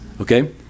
okay